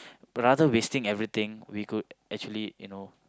rather wasting everything we could actually you know